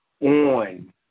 on